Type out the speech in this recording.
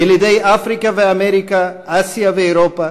ילידי אפריקה ואמריקה, אסיה ואירופה,